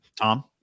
Tom